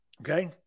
Okay